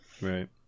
Right